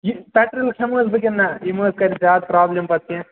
یہِ پیٹرِل کھٮ۪مہٕ حظ بہٕ کِنہٕ نہَ یہِ مٔہ حظ کَرِ زیادٕ پرٛابلِم پَتہٕ کیٚنٛہہ